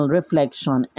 reflection